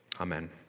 Amen